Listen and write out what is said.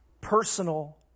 personal